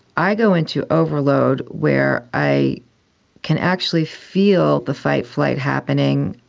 i go into overload where i can actually feel the fight-flight happening,